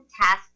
Task